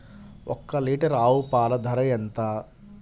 ఒక్క లీటర్ ఆవు పాల ధర ఎంత?